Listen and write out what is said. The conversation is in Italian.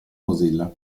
mozilla